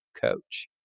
coach